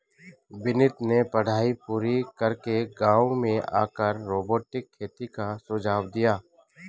विनीत ने पढ़ाई पूरी करके गांव में आकर रोबोटिक खेती का सुझाव दिया